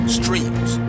streams